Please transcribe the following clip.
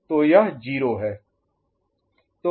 तो यह 0 है